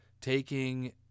taking